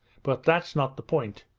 but that's not the point.